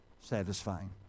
satisfying